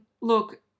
look